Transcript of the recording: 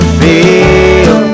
feel